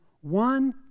one